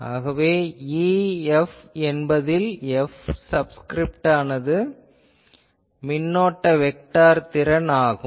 ஆகவே EF என்பதில் F சப்ஸ்கிரிப்டானது மின்னோட்ட வெக்டார் திறன் ஆகும்